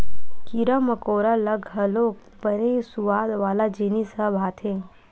कीरा मकोरा ल घलोक बने सुवाद वाला जिनिस ह भाथे